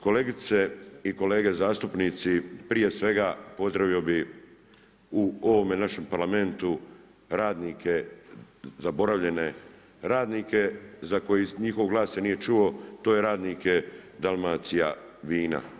Kolegice i kolege zastupnici prije svega pozdravio bih u ovome našem Parlamentu radnike, zaboravljene radnike za koje njihov glas se nije čuo to je radnike Dalmacija vina.